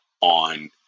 on